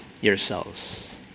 yourselves